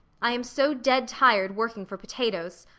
i am so dead tired working for potatoes.